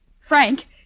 Frank